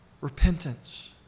Repentance